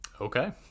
Okay